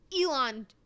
elon